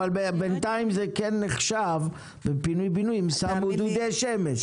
בינתיים זה כן נחשב בפינוי-בינוי אם שמו דודי שמש.